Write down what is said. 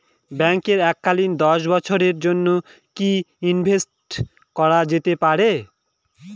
ব্যাঙ্কে এককালীন দশ বছরের জন্য কি ইনভেস্ট করা যেতে পারে?